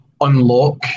unlock